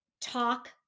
talk